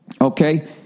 okay